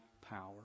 power